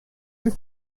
with